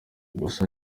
gusa